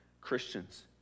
Christians